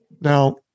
Now